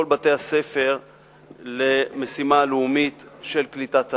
בתי-הספר למשימה הלאומית של קליטת העלייה.